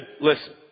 listen